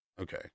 Okay